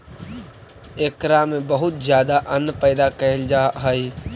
एकरा में बहुत ज्यादा अन्न पैदा कैल जा हइ